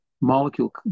molecule